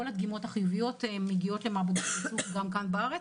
כל הדגימות החיוביות מגיעות למעבדות איסוף גם כאן בארץ,